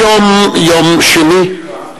היום יום שני,